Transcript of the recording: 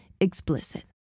explicit